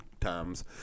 times